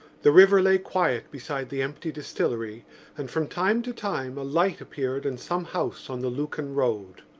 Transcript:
the river lay quiet beside the empty distillery and from time to time a light appeared in some house on the lucan road.